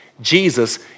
Jesus